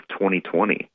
2020